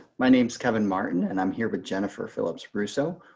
my name is kevin martin and i'm here with jennifer phillips russo.